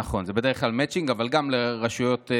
נכון, זה בדרך כלל מצ'ינג, אבל גם, לכמה רשויות,